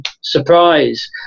surprise